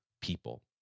people